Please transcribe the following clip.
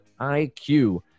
IQ